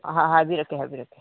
ꯑꯍꯥ ꯍꯥꯏꯕꯤꯔꯛꯀꯦ ꯍꯥꯏꯕꯤꯔꯛꯀꯦ